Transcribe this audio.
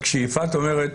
כשיפעת אומרת